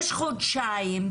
יש חודשיים,